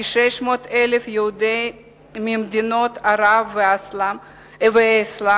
כ-600,000 יהודים ממדינות ערב והאסלאם